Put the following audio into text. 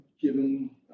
Given